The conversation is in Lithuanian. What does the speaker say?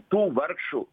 tų vargšų